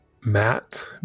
Matt